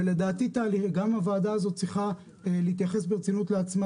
ולדעתי גם הוועדה הזאת צריכה להתייחס ברצינות לעצמה